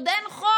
עוד אין חוק,